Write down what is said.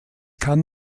kann